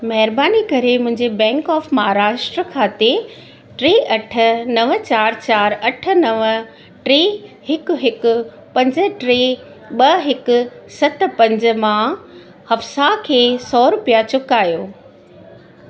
महिरबानी करे मुंहिंजे बैंक ऑफ महाराष्ट्रा खाते टे अठ नव चारि चारि अठ नव टे हिकु हिकु पंज टे ॿ हिकु सत पंज मां हफ्सा खे सौ रुपया चुकायो